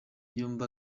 yombi